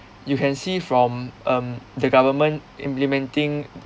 you can see from um the government implementing